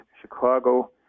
Chicago